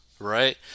right